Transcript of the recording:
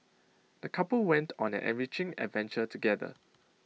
the couple went on an enriching adventure together